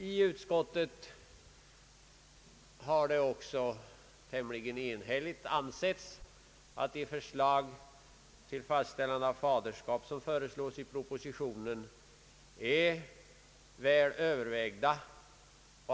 I utskottet har det också tämligen enhälligt ansetts att de förslag till fastställande av faderskap som föreslås i propositionen är väl övervägda.